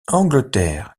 angleterre